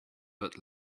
but